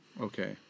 Okay